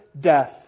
death